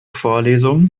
vorlesung